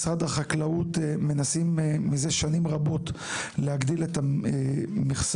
משרש החקלאות מנסה זה שנים רבות להגדיל את המכסה.